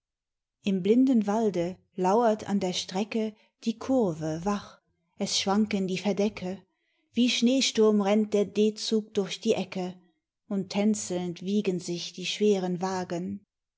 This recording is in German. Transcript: im blinden walde lauert an der strecke die kurve wach es schwanken die verdecke wie schneesturm rennt der d zug durch die ecke und tänzelnd wiegen sich die schweren wagen